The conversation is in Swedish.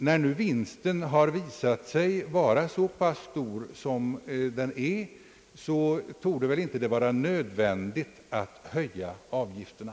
När nu vinsten år efter år har visat sig vara så pass stor som den är, torde det inte vara nödvändigt att höja avgifterna.